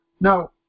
No